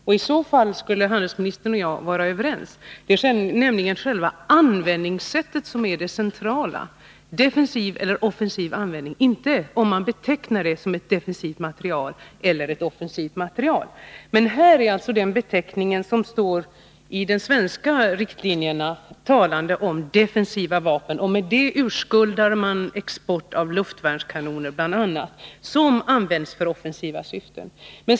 Det antyder att handelsministern och jag skulle vara överens: Det är själva användningssättet — defensiv eller offensiv användning — som är det centrala, inte om man betecknar vapnet som defensiv eller offensiv materiel. Men i de svenska riktlinjerna talas det om defensiva vapen, och med den beteckningen urskuldar man export av bl.a. luftvärnskanoner som används för offensiva syften.